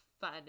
fun